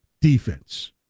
defense